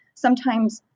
sometimes,